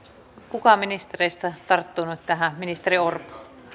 kuka ministereistä tarttuu nyt tähän ministeri orpo